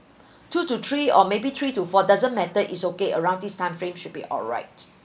two to three or maybe three to four doesn't matter it's okay around this time frame should be alright